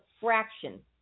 fraction